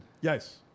Yes